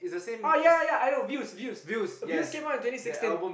oh ya ya I know views views views came out in twenty sixteen